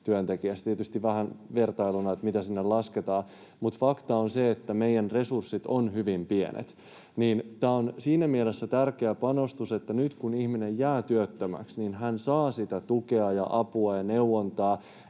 tietysti vähän vertailuna, mitä sinne lasketaan. Mutta fakta on se, että meidän resurssit ovat hyvin pienet, ja tämä on siinä mielessä tärkeä panostus, että nyt kun ihminen jää työttömäksi, niin hän saa sitä tukea ja apua ja neuvontaa,